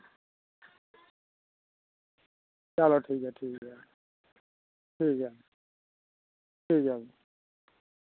चलो ठीक ऐ ठीक ऐ ठीक ऐ ठीक ऐ भी